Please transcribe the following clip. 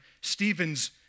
Stephen's